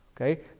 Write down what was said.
Okay